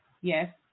yes